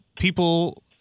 people